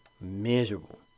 miserable